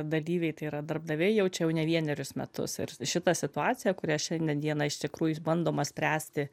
dalyviai tai yra darbdaviai jaučia jau ne vienerius metus ir šita situacija kurią šiandien dieną iš tikrųjų bandoma spręsti